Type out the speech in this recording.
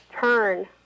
turn